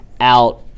out